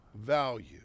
value